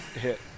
hit